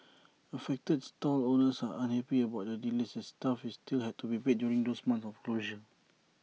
affected stall owners are unhappy about the delays as staff still had to be paid during those months of closure